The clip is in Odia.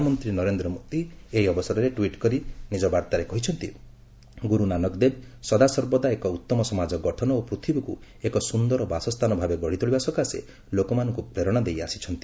ପ୍ରଧାନମନ୍ତ୍ରୀ ନରେନ୍ଦ୍ର ମୋଦି ଏହି ଅବସରରେ ଟ୍ୱିଟ୍ କରି ନିଜ ବାର୍ଭାରେ କହିଛନ୍ତି ଗୁରୁ ନାନକଦେବ ସଦାସର୍ବଦା ଏକ ଉତ୍ତମ ସମାଜ ଗଠନ ଓ ପୃଥିବୀକୁ ଏକ ସୁନ୍ଦର ବାସସ୍ଥାନ ଭାବେ ଗଢ଼ିତୋଳିବା ସକାଶେ ଲୋକମାନଙ୍କୁ ପ୍ରେରଣା ଦେଇଆସିଛନ୍ତି